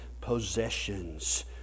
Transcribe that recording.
possessions